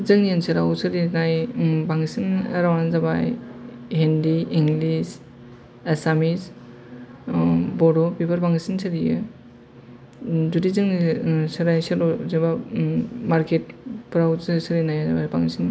जोंनि ओनसोलाव सोलिनाय बांसिन रावानो जाबाय हिन्दी इंलिस आसामिस बर' बेफोर बांसिन सोलियो जुदि जोङो सोलाय सोल' मार्केटफ्राव जे सोलिनाया बांसिन